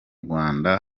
rwanda